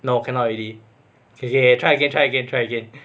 now cannot already because K K try again try again try again